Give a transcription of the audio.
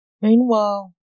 Meanwhile